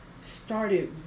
started